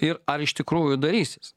ir ar iš tikrųjų darysis